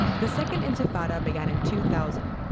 the second intifada began in two thousand,